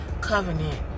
covenant